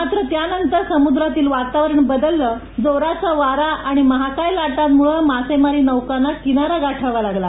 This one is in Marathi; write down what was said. मात्र त्यानंतर समुद्रातील वातावरण बदलले जोराचा वारा आणि महाकाय लाटामुळं मासेमारी नौकांना किनारा गाठावा लागला